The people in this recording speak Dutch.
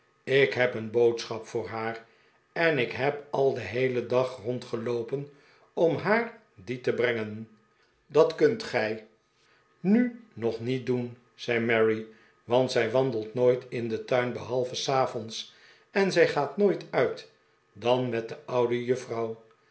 ik heb een boodschap voor haar en heb al den heelen dag rondgeloopen om haar die te brengen dat kunt gij nu nog niet doen zei mary want zij wandelt nooit in den tuin behalve s avonds'j en zij gaat nooit uit dan met de oude juffrouw